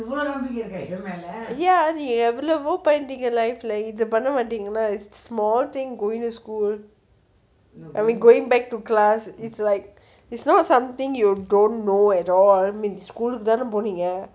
it's small thing going to school I mean going back to class it's like it's not something you don't know at all I mean it's school